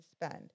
spend